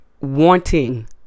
wanting